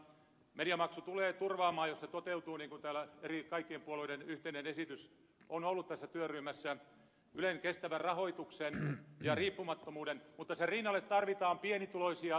mediamaksu tulee turvaamaan jos se toteutuu niin kuin täällä kaikkien puolueiden yhteinen esitys on ollut tässä työryhmässä ylen kestävän rahoituksen ja riippumattomuuden mutta sen rinnalle tarvitaan pienituloisia tukevia toimia